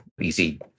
easy